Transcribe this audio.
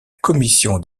commission